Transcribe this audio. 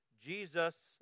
Jesus